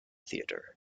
theater